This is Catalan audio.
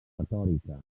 retòrica